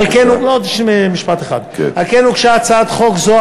עוד משפט אחד: על כן הוגשה הצעת חוק זו,